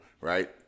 right